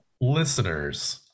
Listeners